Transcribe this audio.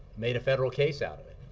made a federal case out of it.